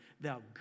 thou